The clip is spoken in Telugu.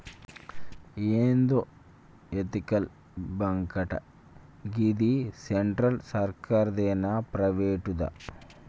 ఏందో ఎతికల్ బాంకటా, గిది సెంట్రల్ సర్కారుదేనా, ప్రైవేటుదా